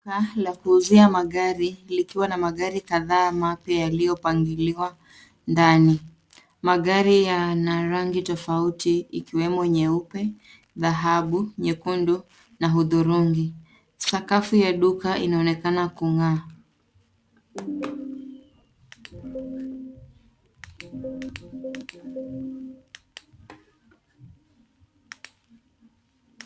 Paa la kuuzia magari likiwa na magari kadhaa mapya yaliyopangiliwa ndani. Magari yana rangi tofauti ikiwemo nyeupe, dhahabu, nyekundu na hudhurungi. Sakafu ya duka inaonekana kung'aa.